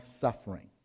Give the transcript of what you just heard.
suffering